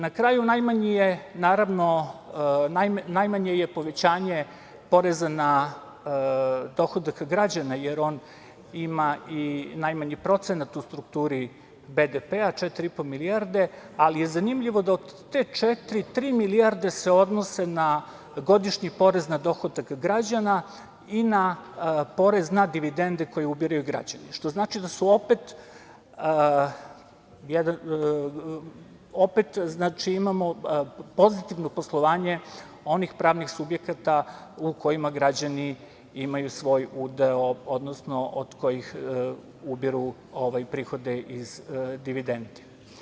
Na kraju, najmanje je povećanje poreza na dohodak građana, jer on ima i najmanji procenat u strukturi BDP-a, 4,5 milijarde, ali je zanimljivo da od te četiri, tri milijarde se odnose na godišnji porez na dohodak građana i na porez na dividende koje ubiraju građani, što znači da opet imamo pozitivno poslovanje onih pravnih subjekata u kojima građani imaju svoj udeo, odnosno od kojih ubiraju prihode iz dividendi.